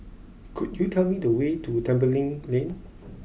could you tell me the way to Tembeling Lane